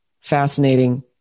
fascinating